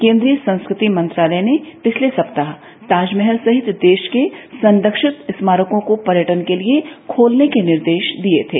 केन्द्रीय संस्कृति मंत्रालय ने पिछले सप्ताह ताजमहल सहित देश के संरक्षित स्मारकों को पर्यटकों के लिए खोलने के निर्देश दिए थे